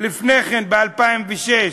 לפני כן, ב-2006,